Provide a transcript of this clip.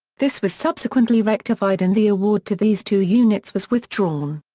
this was subsequently rectified and the award to these two units was withdrawn.